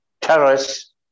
Terrorists